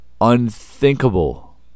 unthinkable